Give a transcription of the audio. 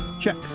Check